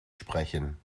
sprechen